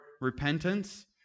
repentance